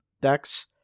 decks